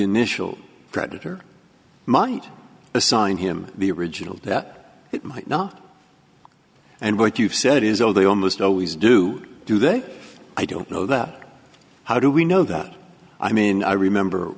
initial creditor might assign him the original that it might not and what you've said is all they almost always do do they i don't know that how do we know that i mean i remember